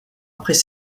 après